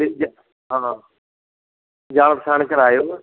ਅਤੇ ਜਾ ਹਾਂ ਹਾਂ ਜਾਣ ਪਛਾਣ ਕਰਾਇਉ ਉਹ ਨਾਲ